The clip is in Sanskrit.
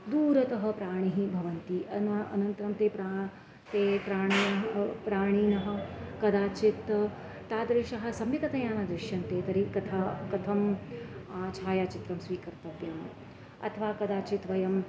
दूरतः प्राणिनः भवन्ति अन अनन्तरं ते प्रा ते प्राणी प्राणिनः कदाचित् तादृशं सम्यक्तया न दृश्यन्ते तर्हि कथा कथं छायाचित्रं स्वीकर्तव्यम् अथवा कदाचित् वयम्